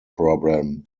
problem